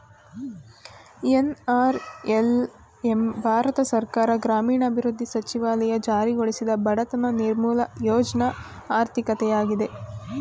NRLM Bharat ಸರ್ಕಾರ ಗ್ರಾಮೀಣಾಭಿವೃದ್ಧಿ ಸಚಿವಾಲಯ ಜಾರಿಗೊಳಿಸಿದ ಬಡತನ ನಿರ್ಮೂಲ ಯೋಜ್ನ ಆರ್ಥಿಕತೆಯಾಗಿದೆ